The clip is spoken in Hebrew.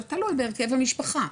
תלוי בהרכב המשפחה.